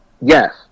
Yes